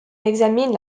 examine